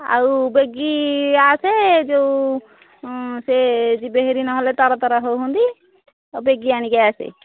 ଆଉ ବେଗି ଆସେ ଯୋଉ ସେ ଯିବେ ହେରି ନହେଲେ ତର ତର ଆଉ ହେଉଛନ୍ତି ବେଗି ଆଣିକି ଆସେ